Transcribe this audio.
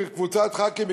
עם קבוצת חברי כנסת,